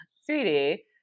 sweetie